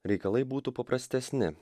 reikalai būtų paprastesni